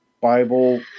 Bible